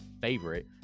favorite